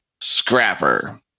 Scrapper